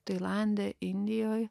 tailande indijoj